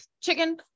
Chicken